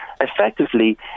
effectively